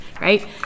right